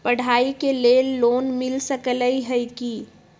पढाई के लेल लोन मिल सकलई ह की?